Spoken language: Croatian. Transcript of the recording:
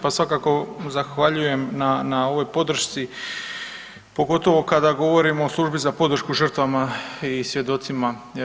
Pa svako zahvaljujem na ovoj podršci pogotovo kada govorimo o Službi za podršku žrtvama i svjedocima.